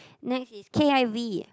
next is K_I_V